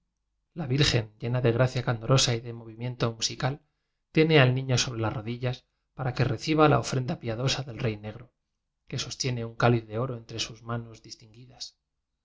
la virgen llena de gracia can dorosa y de movimiento musical tiene al niño sobre las rodillas para que reciba la ofrenda piadosa del rey negro que sostie ne un cáliz de oro entre sus manos